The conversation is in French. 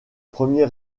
premiers